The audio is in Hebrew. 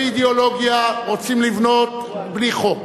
באידיאולוגיה רוצים לבנות בלי חוק,